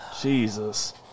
Jesus